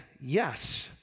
yes